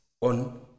on